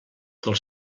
dels